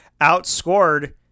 outscored